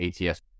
ATS